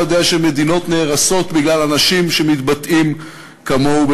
היה יודע שמדינות נהרסות בגלל אנשים שמתבטאים כמוהו.